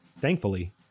Thankfully